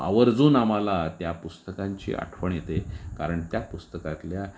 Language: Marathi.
आवर्जून आम्हाला त्या पुस्तकांची आठवण येते कारण त्या पुस्तकातल्या